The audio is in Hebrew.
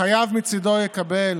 החייב מצידו יקבל